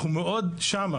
אנחנו מאוד שם,